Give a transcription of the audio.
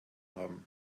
haben